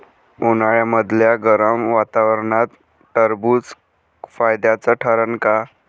उन्हाळ्यामदल्या गरम वातावरनात टरबुज फायद्याचं ठरन का?